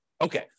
Okay